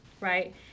right